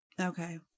Okay